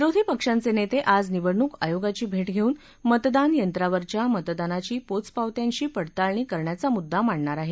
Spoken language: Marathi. विरोधी पक्षांचे नेते आज निवडणूक आयोगाची भेट घेऊन मतदान यंत्रावरच्या मतदानाची पोचपावत्यांशी पडताळणी करण्याचा मुद्दा मांडणार आहेत